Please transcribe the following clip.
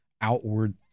outward